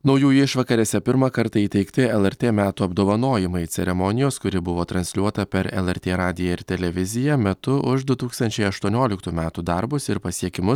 naujųjų išvakarėse pirmą kartą įteikti lrt metų apdovanojimai ceremonijos kuri buvo transliuota per lrt radiją ir televiziją metu už du tūkstančiai aštuonioliktų metų darbus ir pasiekimus